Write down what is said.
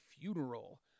funeral